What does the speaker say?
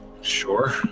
Sure